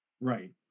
Right